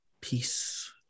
peace